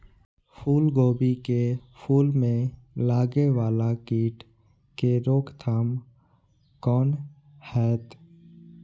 फुल गोभी के फुल में लागे वाला कीट के रोकथाम कौना हैत?